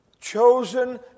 Chosen